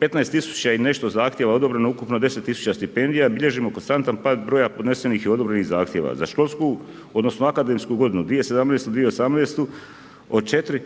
15 tisuća i nešto zahtjeva odobreno ukupno 10 tisuća stipendija bilježimo konstantan pad broja podnesenih i odobrenih zahtjeva. Za školsku odnosno akademsku godinu 2017/2018 od 4529